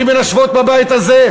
מנשבות בבית הזה,